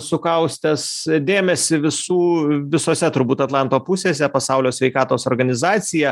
sukaustęs dėmesį visų visose turbūt atlanto pusėse pasaulio sveikatos organizacija